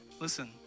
Listen